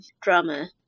drama